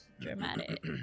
Dramatic